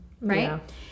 right